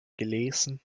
gelesen